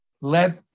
let